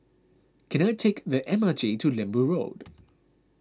can I take the M R T to Lembu Road